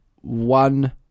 one